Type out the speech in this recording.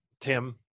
Tim